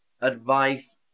advice